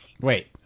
Wait